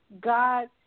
God